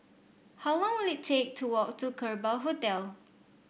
how long will it take to walk to Kerbau Hotel